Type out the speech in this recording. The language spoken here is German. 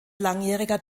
langjähriger